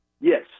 Yes